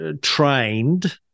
trained